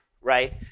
right